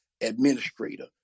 administrator